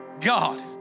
God